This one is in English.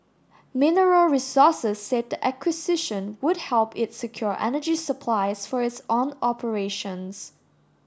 Mineral Resources said the acquisition would help it secure energy supplies for its own operations